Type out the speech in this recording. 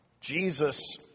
Jesus